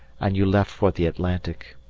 and you left for the atlantic.